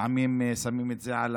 לפעמים שמים את זה על